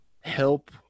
help